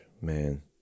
Man